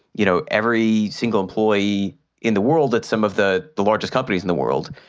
you know, every single employee in the world at some of the the largest companies in the world.